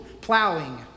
plowing